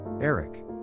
Eric